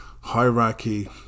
hierarchy